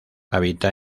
habita